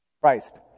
Christ